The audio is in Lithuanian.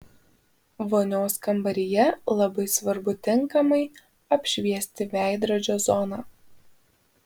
vonios kambaryje labai svarbu tinkamai apšviesti veidrodžio zoną